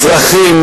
אזרחים,